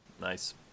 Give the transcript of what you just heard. Nice